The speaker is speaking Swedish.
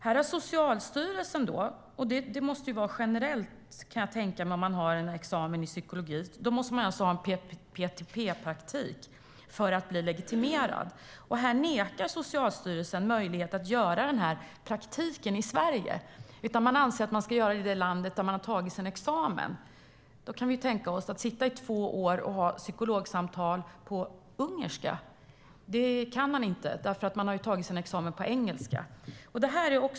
Jag kan tänka mig att det gäller generellt att man måste ha en PTP-praktik för att bli legitimerad, om man har en examen i psykologi. Men här säger Socialstyrelsen nej till möjligheten att göra den praktiken i Sverige och anser att praktiken ska göras i det land där man har tagit sin examen. Då kan vi tänka oss: Att sitta i två år och ha psykologsamtal på ungerska går inte, för man har tagit sin examen på engelska.